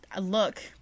look